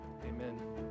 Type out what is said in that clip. amen